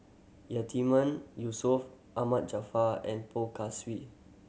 Yatiman Yusof Ahmad Jaafar and Poh Swee